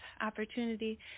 opportunity